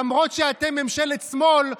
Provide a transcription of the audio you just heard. למרות שאתם ממשלת שמאל,